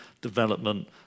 development